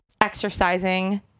exercising